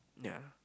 ya